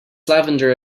lavender